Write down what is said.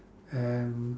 and